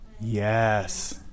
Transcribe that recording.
Yes